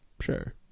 sure